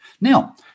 Now